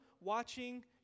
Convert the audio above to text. watching